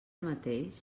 mateix